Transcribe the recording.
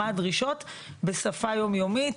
מה הדרישות בשפה יומיומית,